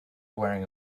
wearing